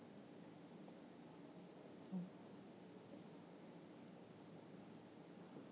mm